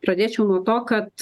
pradėčiau nuo to kad